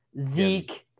Zeke